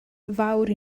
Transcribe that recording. fawr